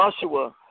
Joshua